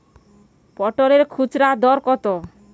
পটলের খুচরা দর কত?